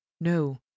no